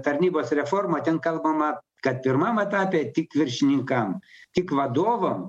tarnybos reformą ten kalbama kad pirmam etape tik viršininkam tik vadovam